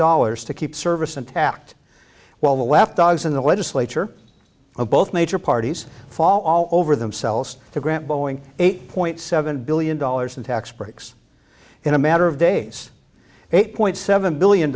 dollars to keep service intact while the left dogs in the legislature both major parties fall all over themselves to grant boeing eight point seven billion dollars in tax breaks in a matter of days eight point seven billion